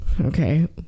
Okay